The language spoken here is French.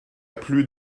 plus